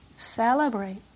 celebrate